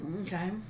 okay